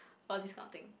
all this kind of thing